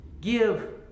give